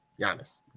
Giannis